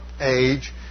age